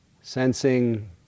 sensing